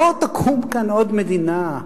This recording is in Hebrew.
לא תקום כאן עוד מדינה.